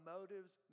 Motives